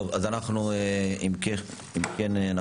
אם כן,